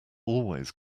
always